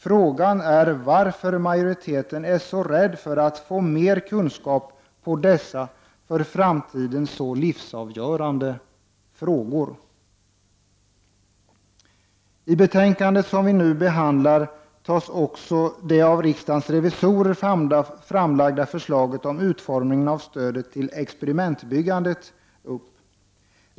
Frågan är varför majoriteten är så rädd för att få mer kunskap på dessa för framtiden så livsavgörande frågor. I betänkandet som vi nu behandlar tas också upp det av riksdagens revisorer framlagda förslaget om utformningen av stödet till experimentbyggande.